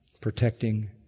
protecting